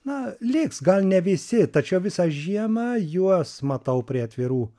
na liks gal ne visi tačiau visą žiemą juos matau prie atvirų